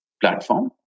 platform